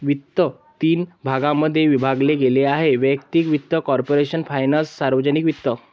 वित्त तीन भागांमध्ये विभागले गेले आहेः वैयक्तिक वित्त, कॉर्पोरेशन फायनान्स, सार्वजनिक वित्त